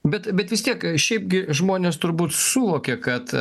bet bet vis tiek šiaipgi žmonės turbūt suvokė kad